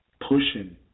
pushing